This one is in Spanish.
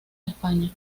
españa